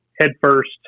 headfirst